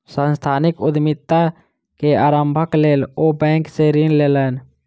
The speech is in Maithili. सांस्थानिक उद्यमिता के आरम्भक लेल ओ बैंक सॅ ऋण लेलैन